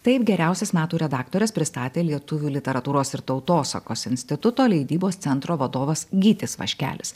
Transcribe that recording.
taip geriausias metų redaktores pristatė lietuvių literatūros ir tautosakos instituto leidybos centro vadovas gytis vaškelis